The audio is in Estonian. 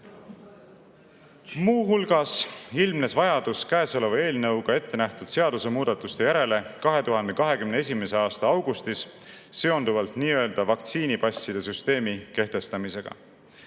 hulgas ilmnes vajadus käesoleva eelnõuga ette nähtud seadusemuudatuste järele 2021. aasta augustis seonduvalt nii-öelda vaktsiinipasside süsteemi kehtestamisega.